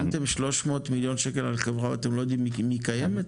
שמתם 300 מיליון שקל על חברה ואתם לא יודעים אם היא קיימת.